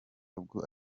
ubwo